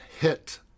Hit